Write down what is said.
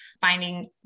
finding